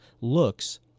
looks